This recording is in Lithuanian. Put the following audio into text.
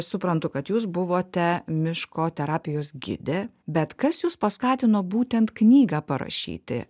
suprantu kad jūs buvote miško terapijos gide bet kas jus paskatino būtent knygą parašyti